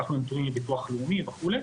לקחנו נתונים מביטוח לאומי וכו'.